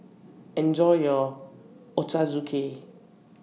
Enjoy your Ochazuke